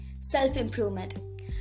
self-improvement